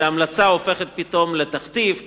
שהמלצה הופכת פתאום לתכתיב.